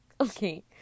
Okay